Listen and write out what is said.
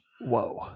Whoa